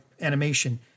animation